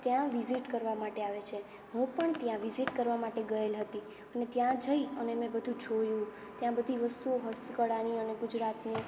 ત્યાં વિઝિટ કરવા માટે આવે છે હું પણ ત્યાં વિઝિટ કરવા માટે ગએલ હતી અને ત્યાં જઈ અને મેં બધું જોયું ત્યાં બધી વસ્તુઓ હસ્તકળાની અને ગુજરાતની